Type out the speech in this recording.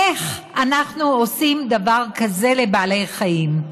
איך אנחנו עושים דבר כזה לבעלי חיים?